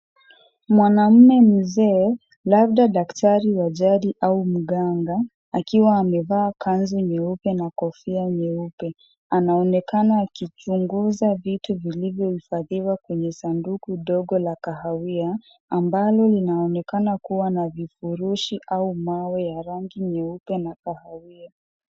Mwanaume Mzee labda daktari wa jadi au mganga, akiwa amevaa kanzu nyeupe na kofia nyeupe. Anaonekana akichunguza vitu vilivyo ifadhiwa kwenye sanduku ndogo la kahawiya ambalo linaonekana kuwa na vifurushi au mawe ya rangi nyeupe na kahawiya.